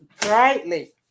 brightly